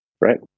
Right